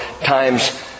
times